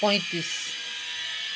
पैँतिस